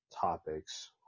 topics